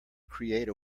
create